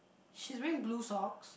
she's wearing blue socks